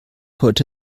heute